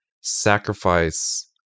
sacrifice